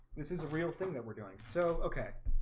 this is a real thing that we're doing. so okay.